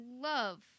love